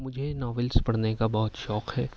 مجھے ناولس پڑھنے کا بہت شوق ہے